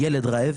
ילד רעב